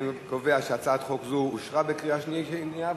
אני קובע שהצעת חוק זו אושרה בקריאה שנייה,